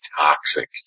toxic